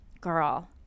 girl